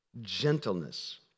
gentleness